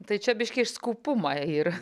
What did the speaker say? tai čia biški iš skūpumo yr